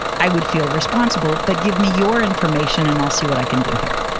i would feel responsible. but give me your information and i'll see what i can do here.